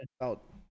out